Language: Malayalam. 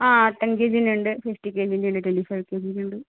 ആ ടെൻ കെ ജി ന്റെ ഉണ്ട് ഫിഫ്റ്റി കെ ജി ന്റെ ഉണ്ട് ട്വൻറ്റി ഫൈവ് കെ ജി ന്റെ ഉണ്ട്